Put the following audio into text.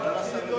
אם השר